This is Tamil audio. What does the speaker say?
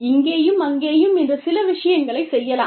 இங்கேயும் அங்கேயும் என்று சில விஷயங்களைச் செய்யலாம்